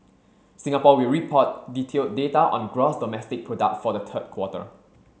Singapore will report detailed data on gross domestic product for the third quarter